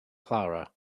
clara